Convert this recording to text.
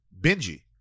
Benji